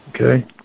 Okay